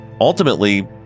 Ultimately